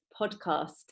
podcast